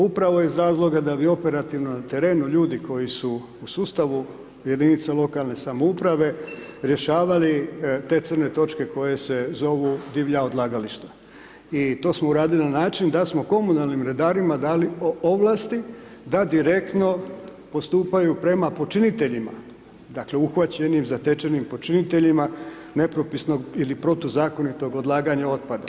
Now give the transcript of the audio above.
Upravo iz razloga da bi operativno na terenu ljudi koji su u sustavu jedinica lokalne samouprave rješavali te crne točke koje se zovu divlja odlagališta i to smo uradili na način da smo komunalnim redarima dali ovlasti da direktno postupaju prema počiniteljima, dakle uhvaćenim zatečenim počiniteljima nepropisnog ili protuzakonitog odlaganja otpadom.